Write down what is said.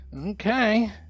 Okay